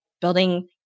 building